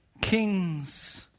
Kings